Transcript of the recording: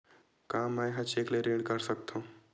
का मैं ह चेक ले ऋण कर सकथव?